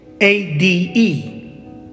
ADE